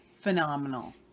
phenomenal